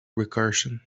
recursion